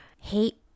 Hate